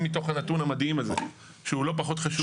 מתוך הנתון המדהים הזה שהוא לא פחות חשוב.